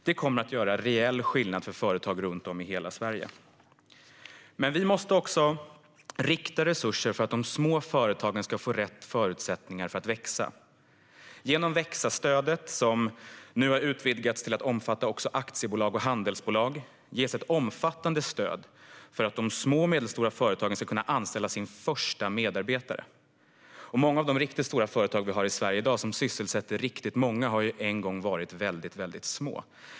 Det kommer att innebära en reell skillnad för företag runt om i hela Sverige. Men vi måste också rikta resurser för att de små företagen ska få rätt förutsättningar att växa. Genom växa-stödet, som nu har utvidgats till att omfatta också aktiebolag och handelsbolag, ges ett omfattande stöd för att de små och medelstora företagen ska kunna anställa sin första medarbetare. Många av de riktigt stora företag vi har i Sverige i dag, som sysselsätter många, har en gång varit väldigt små.